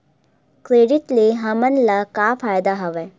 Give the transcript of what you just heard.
Credit ले हमन ला का फ़ायदा हवय?